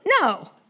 no